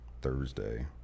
thursday